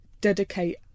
dedicate